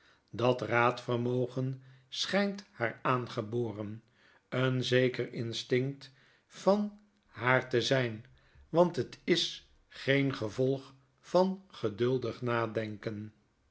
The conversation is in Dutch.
dat raadvermogen schynt haar aangeboren een zeker instinct van haar te zyn want het is geen gevolg van geduldig nadenken